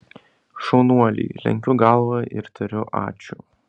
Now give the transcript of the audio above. šaunuoliai lenkiu galvą ir tariu ačiū